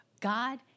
God